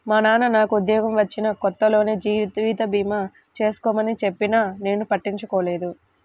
మా నాన్న నాకు ఉద్యోగం వచ్చిన కొత్తలోనే జీవిత భీమా చేసుకోమని చెప్పినా నేను పట్టించుకోలేదు